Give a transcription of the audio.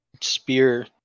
spear